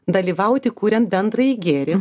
dalyvauti kuriant bendrąjį gėrį